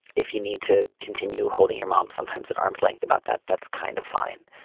if you need to continue holding your mom sometimes at arm's length about that that's kind of fine.